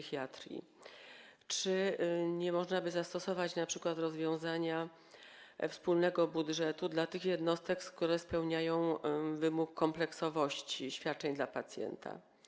Czy nie można by zastosować np. rozwiązania wspólnego budżetu dla tych jednostek, skoro spełniają one wymóg kompleksowości świadczeń dla pacjenta?